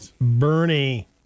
Bernie